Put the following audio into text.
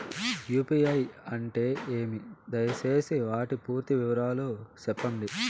UPI అంటే ఏమి? దయసేసి వాటి పూర్తి వివరాలు సెప్పండి?